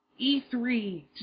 E3